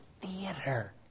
theater